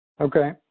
Okay